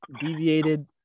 deviated